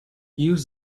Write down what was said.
use